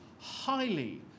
highly